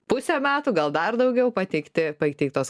pusę metų gal dar daugiau pateikti pateiktos